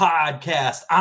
Podcast